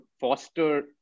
foster